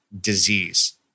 disease